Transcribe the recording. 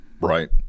Right